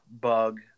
bug